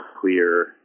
clear